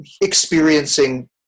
experiencing